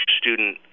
student